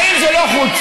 האם זו לא חוצפה?